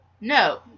no